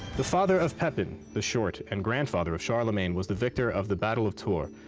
the father of pepin the short and grandfather of charlemagne was the victor of the battle of tours,